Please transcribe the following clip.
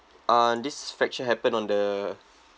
uh this fracture happened on the